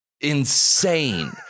insane